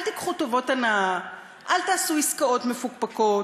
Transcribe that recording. אל תיקחו טובות הנאה, אל תעשו עסקאות מפוקפקות.